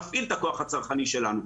ואנחנו נפעיל את הכוח הצרכני שלנו.